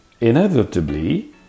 Inevitably